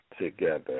together